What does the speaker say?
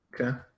Okay